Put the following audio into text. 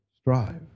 strive